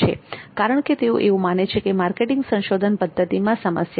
કારણ કે તેઓ એવું માને છે કે માર્કેટિંગ સંશોધન પદ્ધતિમાં સમસ્યા છે